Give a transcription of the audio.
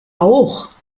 auch